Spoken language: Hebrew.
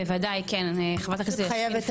בוודאי, כן, חברת הכנסת פרידמן.